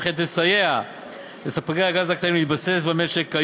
וכן תסייע לספקי הגז הקטנים להתבסס במשק.